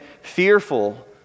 fearful